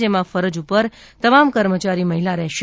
જેમાં ફરજ ઉપરના તમામ કર્મચારી મહિલા હશે